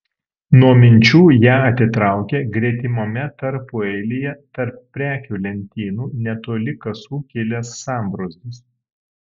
nuo minčių ją atitraukė gretimame tarpueilyje tarp prekių lentynų netoli kasų kilęs sambrūzdis